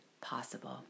possible